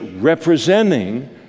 representing